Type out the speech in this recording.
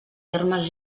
termes